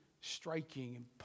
striking